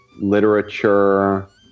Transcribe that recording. literature